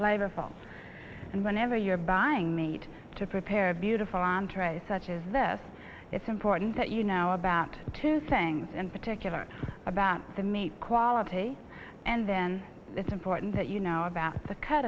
flavorful and whenever you're buying meat to prepare a beautiful entre such as this it's important that you know about two things in particular about the meat quality and then it's important that you know about the